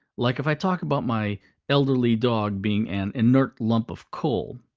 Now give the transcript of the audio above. like if i talk about my elderly dog being an inert lump of coal.